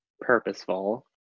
purposeful